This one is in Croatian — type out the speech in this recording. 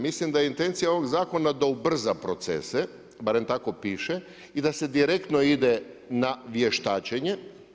Mislim da je intencija ovog zakona da ubrza procese, barem tako piše i da se direktno ide na vještačenje.